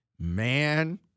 Man